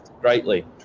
greatly